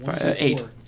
eight